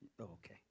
Okay